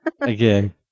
Again